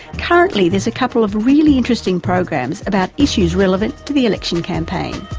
currently, there's a couple of really interesting programs about issues relevant to the election campaign.